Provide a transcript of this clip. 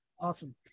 Awesome